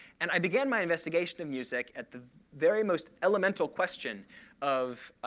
and i began my investigation of music at the very most elemental question of,